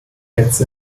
jetzt